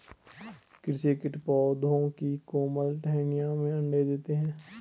कृषि कीट पौधों की कोमल टहनियों में अंडे देते है